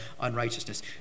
unrighteousness